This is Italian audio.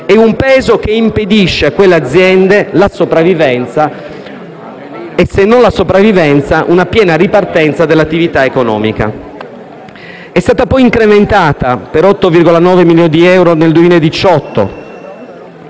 un peso che impedisce a quelle aziende la sopravvivenza e, se non essa, una piena ripartenza dell'attività economica. È stata poi incrementata di 8,9 milioni di euro nel 2018...